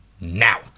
Now